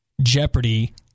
jeopardy